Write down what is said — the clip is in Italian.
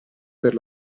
per